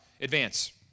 advance